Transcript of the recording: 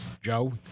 Joe